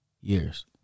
years